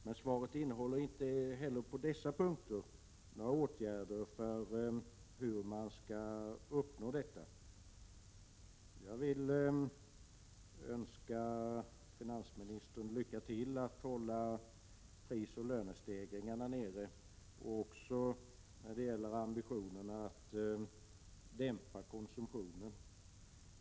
Men svaret innehåller inte heller på denna punkt några uppgifter om åtgärder för att kunna uppnå detta. Jag vill önska finansministern lycka till att hålla prisoch lönestegringarna nere och också när det gäller ambitionen att dämpa konsumtionen.